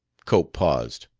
cope paused.